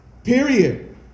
Period